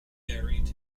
buried